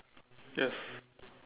yes